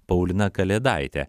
paulina kalėdaite